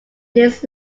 his